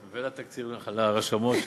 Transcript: ולרשמות,